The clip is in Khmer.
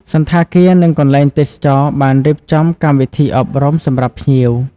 សណ្ឋាគារនិងកន្លែងទេសចរណ៍បានរៀបចំកម្មវិធីអប់រំសម្រាប់ភ្ញៀវ។